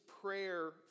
prayer